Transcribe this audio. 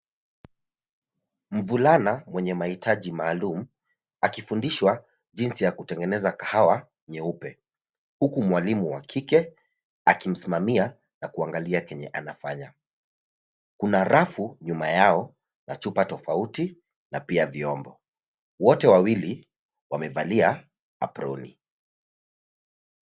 Mvulana mwenye mahitaji maalum akifundishwa jinsi ya kutengeneza kahawa nyeupe huku mwalimu wa kike akimsimamia na kuangalia chenye anafanya. Kuna rafu nyuma yao na chupa tofauti na pia vyombo. Wote wawili wamevalia aproni.